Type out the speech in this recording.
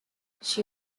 she